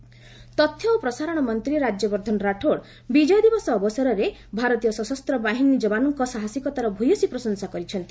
ରାଠୋଡ ବିଜୟ ଦିବସ ତଥ୍ୟ ଓ ପ୍ରସାରଣ ମନ୍ତ୍ରୀ ରାଜ୍ୟବର୍ଦ୍ଧନ ରାଠୋଡ ବିଜୟ ଦିବସ ଅବସରରେ ଭାରତୀୟ ସଶସ୍ତ ବାହିନୀ ଯବାନଙ୍କ ସାହସିକତାର ଭୟସୀ ପ୍ରଶଂସା କରିଛନ୍ତି